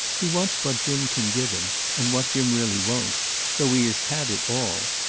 he wants what jim can give him and what jim really won't though he has had it all,